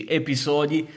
episodi